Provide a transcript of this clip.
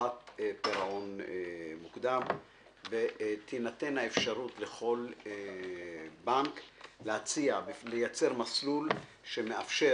חובת פירעון מוקדם ותינתן האפשרות לכל בנק לייצר מסלול שמאפשר